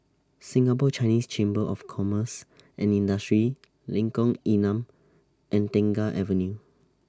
Singapore Chinese Chamber of Commerce and Industry Lengkong Enam and Tengah Avenue